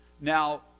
Now